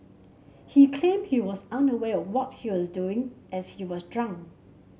he claimed he was unaware of what he was doing as he was drunk